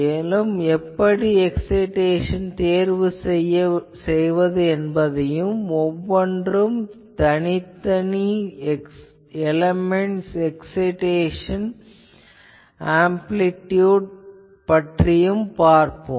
மேலும் எப்படி எக்சைடேசன் தேர்வு செய்வதென்பதையும் ஒவ்வொன்றுக்கும் தனி எலேமென்ட் எக்சைடேசன் ஆம்பிளிடியுட் பற்றியும் பார்ப்போம்